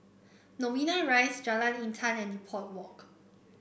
Novena Rise Jalan Intan and Depot Walk